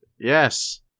Yes